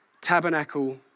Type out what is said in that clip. Tabernacle